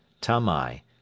Tamai